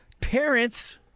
parents